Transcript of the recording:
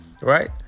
right